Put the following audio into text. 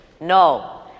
No